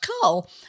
Carl